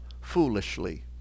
foolishly